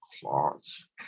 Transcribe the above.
claws